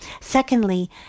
Secondly